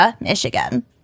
Michigan